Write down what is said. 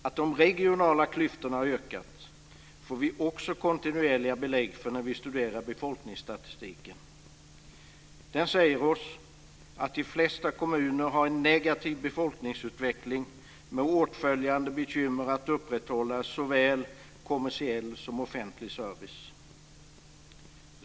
Vi får också kontinuerliga belägg för att även de regionala klyftorna har ökat när vi studerar befolkningsstatistiken. Den säger oss att de flesta kommuner har en negativ befolkningsutveckling med åtföljande bekymmer för att upprätthålla såväl kommersiell som offentlig service.